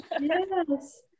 yes